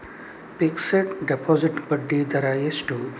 Fixed deposit ಬಡ್ಡಿ ದರ ಎಷ್ಟು?